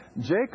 jacob